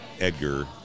Edgar